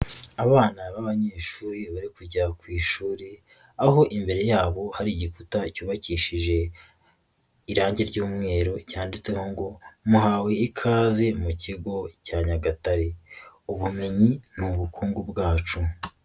Abana b'abanyeshuri bari kujya ku ishuri, aho imbere yabo hari igikuta cyubakishije irangi ry'umweru, cyanditseho ngo muhawe ikaze mu kigo cya Nyagatare. Ubumenyi ni ubukungu bwacu.